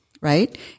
right